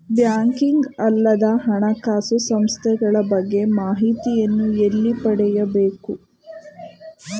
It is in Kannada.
ಬ್ಯಾಂಕಿಂಗ್ ಅಲ್ಲದ ಹಣಕಾಸು ಸಂಸ್ಥೆಗಳ ಬಗ್ಗೆ ಮಾಹಿತಿಯನ್ನು ಎಲ್ಲಿ ಪಡೆಯಬೇಕು?